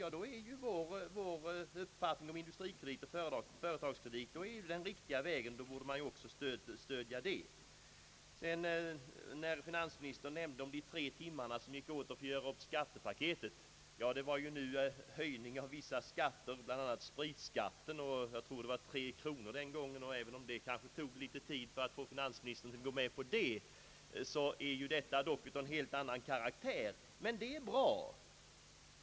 Men då är ju vår uppfattning om Invdustrikredit och Företagskredit riktig. Och då borde man ju stödja vårt förslag. Finansministern nämnde de tre timmarna som gick åt för att göra upp skattepaketet. Det gällde höjning av vissa skatter, bl.a. höjning av spritskatten —- jag tror det var tre kronor den gången — och även om det kanske tog litet tid att få finansministern att gå med på det, så är ju detta dock av en helt annan karaktär. Men det är bra!